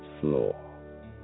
floor